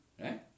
Right